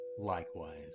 likewise